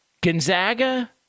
Gonzaga